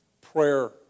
prayer